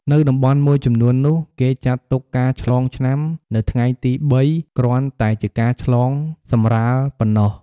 នៅតំបន់មួយចំនួននោះ គេចាត់ទុកការឆ្លងឆ្នាំនៅថ្ងៃទី ៣ គ្រាន់តែជាការឆ្លងសម្រាលប៉ុណ្ណោះ។